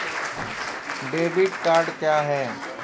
Debit card क्या हैं?